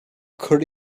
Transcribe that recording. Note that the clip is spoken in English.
could